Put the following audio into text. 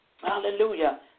hallelujah